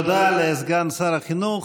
תודה לסגן שר החינוך.